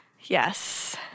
Yes